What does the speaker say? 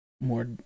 more